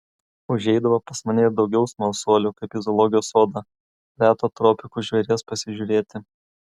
užeidavo pas mane ir daugiau smalsuolių kaip į zoologijos sodą reto tropikų žvėries pasižiūrėti